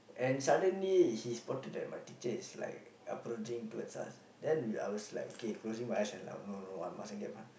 and suddenly he spotted that my teacher is like approaching towards us then we were like closing my eyes and like no no no I must not get pun~